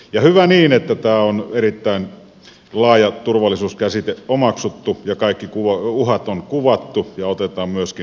ja hyvä niin että tämä erittäin laaja turvallisuuskäsite on omaksuttu ja kaikki uhat on kuvattu ja otetaan myöskin huomioon